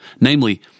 namely